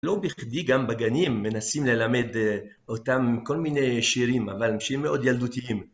לא בכדי, גם בגנים, מנסים ללמד אותם כל מיני שירים, אבל שירים מאוד ילדותיים.